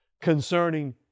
concerning